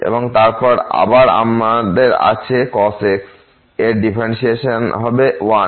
এবং তারপর আবার আমরা আছে cos x এর ডিফারেন্টশিয়েশন হবে 1